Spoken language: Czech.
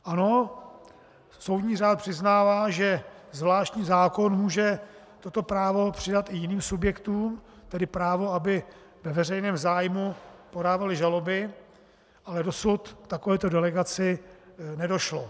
Ano, soudní řád přiznává, že zvláštní zákon může toto právo přidat i jiným subjektům, tedy právo, aby ve veřejném zájmu podávaly žaloby, ale dosud k takovéto delegaci nedošlo.